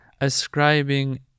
ascribing